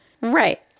Right